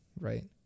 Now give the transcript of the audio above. right